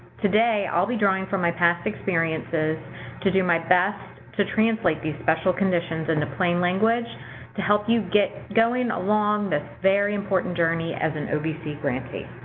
today, i'll be drawing from my past experiences to do my best to translate these special conditions into plain language to help you get going along this very important journey as an ovc grantee.